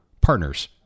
partners